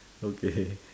okay